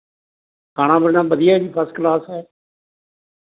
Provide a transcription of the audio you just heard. ਖਾਣਾ ਪੀਣਾ ਵਧੀਆ ਹੈ ਜੀ ਫਸਟ ਕਲਾਸ ਹੈ